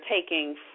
taking